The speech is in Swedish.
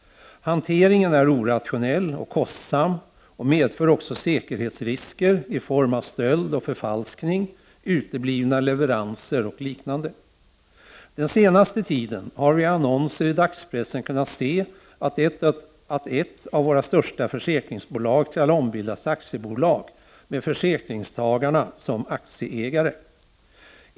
Hanteringen är orationell och kostsam och medför också säkerhetsrisker i form av stöld och förfalskning, uteblivna leveranser och liknande. Den senaste tiden har vi i annonser i dagspressen kunnat se att ett av våra största försäkringsbolag skall ombildas till aktiebolag med försäkringstagarna som aktieägare.